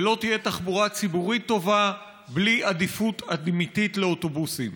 ולא תהיה תחבורה ציבורית טובה בלי עדיפות אמיתית לאוטובוסים.